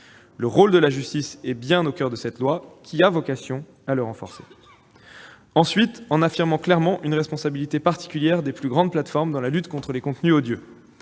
Le rôle de la justice est bien au coeur de ce texte qui a vocation à le renforcer. Ensuite, une responsabilité particulière des plus grandes plateformes dans la lutte contre les contenus odieux